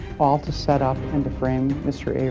all to set up and to frame mr. avery.